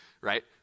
right